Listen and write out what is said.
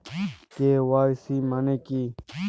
KYC মানে কী?